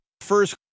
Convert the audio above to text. first